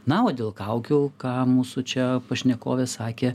na o dėl kaukių ką mūsų čia pašnekovė sakė